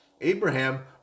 Abraham